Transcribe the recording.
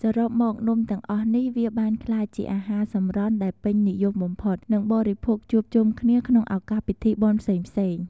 សរុបមកនំទាំងអស់នេះវាបានក្លាយជាអាហារសម្រន់ដែលពេញនិយមបំផុត និងបរិភោគជួបជុំគ្នាក្នុងឧកាសពិធីបុណ្យផ្សេងៗ។